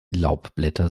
laubblätter